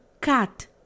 cat